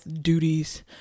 duties